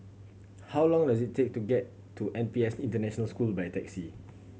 how long does it take to get to N P S International School by taxi